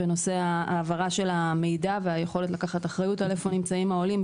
והנושא של העברת המידע והיכולת לקחת אחריות על איפה נמצאים העולים,